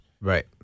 Right